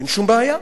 אין שום בעיה.